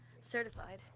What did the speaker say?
Certified